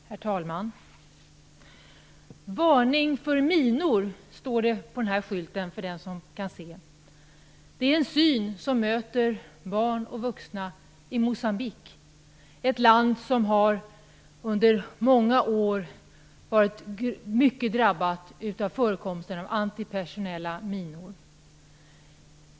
Herr talman! "Varning för minor" står det på den skylt som jag här håller upp. Det är en syn som möter barn och vuxna i Moçambique, ett land som under många år varit mycket drabbat av antipersonella minor.